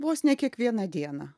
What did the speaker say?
vos ne kiekvieną dieną